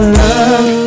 love